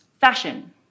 fashion